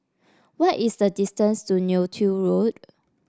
what is the distance to Neo Tiew Road